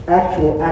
actual